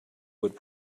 would